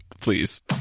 please